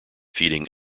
feeding